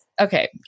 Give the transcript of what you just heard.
Okay